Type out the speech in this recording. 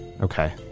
Okay